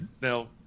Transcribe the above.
Now